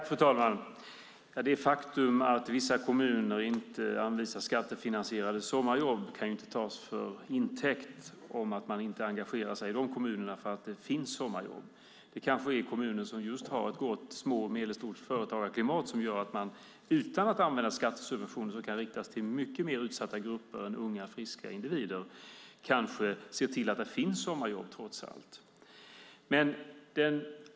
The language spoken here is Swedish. Fru talman! Det faktum att vissa kommuner inte anvisar skattefinansierade sommarjobb kan inte tas till intäkt för att man i dessa kommuner inte engagerar sig för att det ska finnas sommarjobb. Det kanske är kommuner som just har ett gott företagarklimat för små och medelstora företag, vilket gör att man utan att använda skattesubventioner som kan riktas till mycket mer utsatta grupper än unga, friska individer kanske ser till att det trots allt finns sommarjobb.